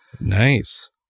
Nice